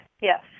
yes